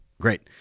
Great